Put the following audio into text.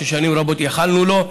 ששנים רבות ייחלנו לו,